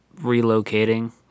relocating